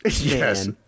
Yes